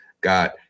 got